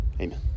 Amen